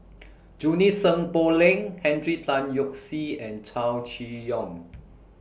Junie Sng Poh Leng Henry Tan Yoke See and Chow Chee Yong